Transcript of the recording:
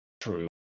True